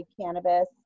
cannabis